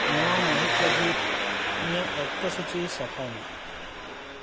ᱱᱚᱣᱟ ᱢᱟᱹᱦᱤᱛ ᱞᱟᱹᱜᱤᱫ ᱤᱧᱟᱹᱜ ᱚᱠᱛᱚᱥᱩᱪᱤ ᱥᱟᱯᱷᱟᱭᱢᱮ